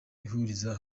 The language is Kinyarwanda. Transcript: ihuriza